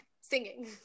singing